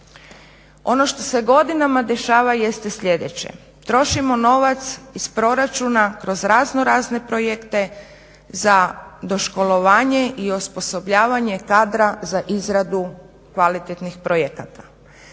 Ono što se godinama dešava jeste sljedeće. Trošimo novac iz proračuna kroz razno razne projekte za doškolovanje i osposobljavanje kadra za izradu kvalitetnih projekata.